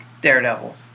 Daredevil